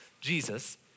Jesus